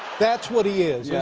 that's what he is. yeah